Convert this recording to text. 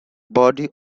body